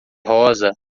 rosa